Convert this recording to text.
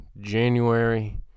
january